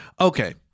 Okay